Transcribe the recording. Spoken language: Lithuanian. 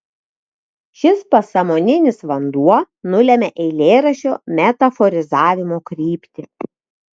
šis pasąmoninis vanduo nulemia eilėraščio metaforizavimo kryptį